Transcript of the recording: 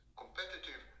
competitive